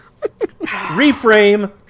Reframe